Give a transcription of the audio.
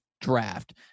draft